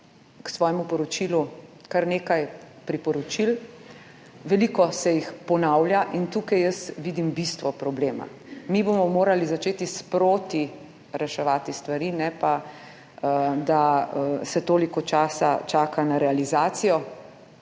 k svojemu poročilu kar nekaj priporočil, veliko se jih ponavlja in tukaj jaz vidim bistvo problema. Mi bomo morali začeti sproti reševati stvari, ne pa, da se toliko časa čaka na realizacijo.